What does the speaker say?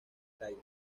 calle